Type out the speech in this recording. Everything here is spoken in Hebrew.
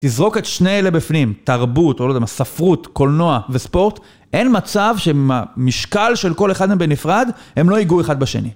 תזרוק את שני אלה בפנים, תרבות או לא יודע מה, ספרות, קולנוע וספורט, אין מצב שמשקל של כל אחד מבין נפרד, הם לא ייגעו אחד בשני.